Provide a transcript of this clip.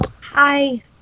hi